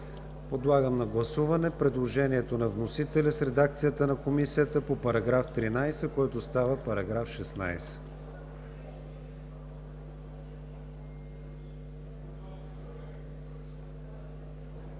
Подлагам на гласуване предложението на вносителя в редакцията на Комисията по § 14, който става § 17.